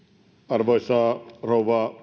arvoisa rouva